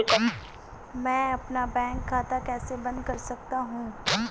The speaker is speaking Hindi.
मैं अपना बैंक खाता कैसे बंद कर सकता हूँ?